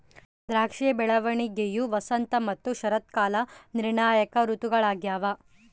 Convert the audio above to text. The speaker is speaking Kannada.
ದ್ರಾಕ್ಷಿಯ ಬೆಳವಣಿಗೆಯು ವಸಂತ ಮತ್ತು ಶರತ್ಕಾಲ ನಿರ್ಣಾಯಕ ಋತುಗಳಾಗ್ಯವ